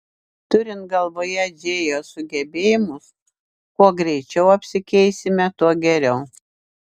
turint galvoje džėjos sugebėjimus kuo greičiau apsikeisime tuo geriau